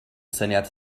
syniad